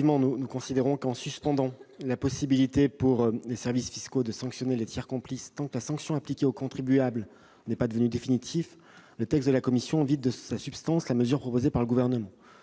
Gouvernement considère que, en suspendant la possibilité pour les services fiscaux de sanctionner les tiers complices tant que la sanction appliquée aux contribuables n'est pas devenue définitive, le texte de la commission vide de sa substance la mesure proposée. Comme vous le